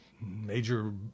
major